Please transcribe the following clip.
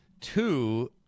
two